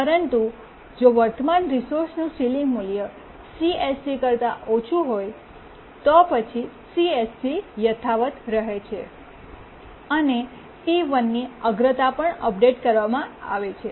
પરંતુ જો વર્તમાન રિસોર્સનું સીલીંગ મૂલ્ય CSC કરતા ઓછું હોય તો પછી CSC યથાવત રહે છે અને T1 ની અગ્રતા પણ અપડેટ કરવામાં આવે છે